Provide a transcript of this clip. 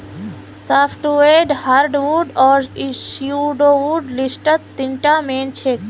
softwood hardwood आर pseudowood लिस्टत तीनटा मेन छेक